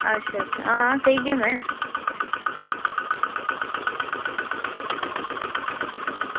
अच्छा अच्छा आं सेही ऐ में